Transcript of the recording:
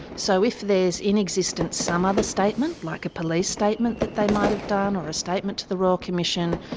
so if there is in existence some other statement, like a police statement that they might have done or a statement to the royal commission,